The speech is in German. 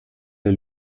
der